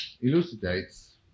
elucidates